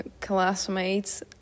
classmates